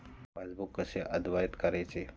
Passbook कसे अद्ययावत करायचे?